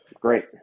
great